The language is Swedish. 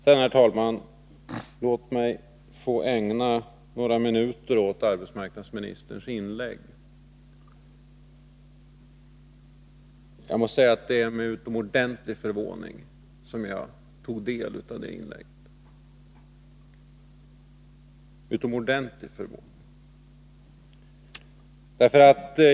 Får jag sedan, herr talman, ägna några minuter åt arbetsmarknadsministerns inlägg. Jag måste säga att det är med utomordentlig förvåning som jag tog del av hennes inlägg.